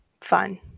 fun